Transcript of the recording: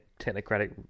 technocratic